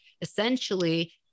Essentially